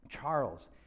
Charles